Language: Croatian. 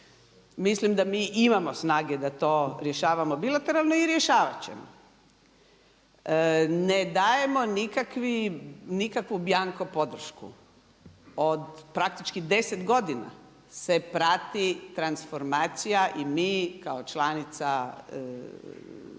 Mislim da mi imamo snage da to rješavamo bilateralno i rješavat ćemo. Ne dajemo nikakvu bjanko podršku. Od praktički 10 godina se prati transformacija i mi kao članica,